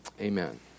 Amen